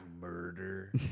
murder